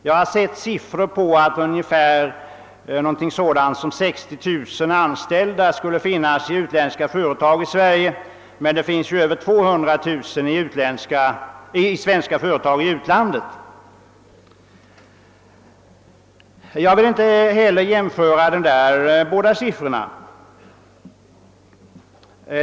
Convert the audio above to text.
Jag har sett siffror på att ungefär 60 000 anställda skulle finnas i utländska företag här, medan svenska företag i utlandet skulle sysselsätta över 200 000 anställda. Jag har inte heller för min del jämfört dessa båda siffror.